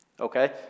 Okay